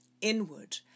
inward